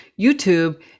YouTube